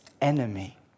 enemy